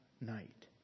night